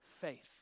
faith